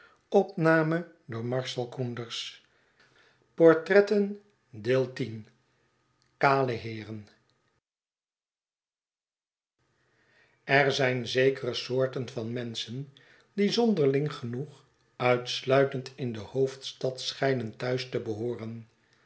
er zijn zekere soorten van menschen die zonderling genoeg uitsluitend in de hoofdstad schijnen thuis te behooren